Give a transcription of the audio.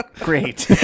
Great